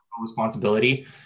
responsibility